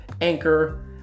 Anchor